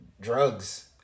drugs